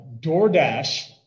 DoorDash